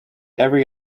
every